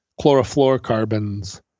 chlorofluorocarbons